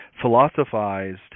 philosophized